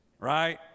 Right